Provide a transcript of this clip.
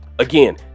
Again